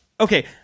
Okay